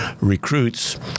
recruits